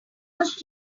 much